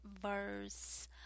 verse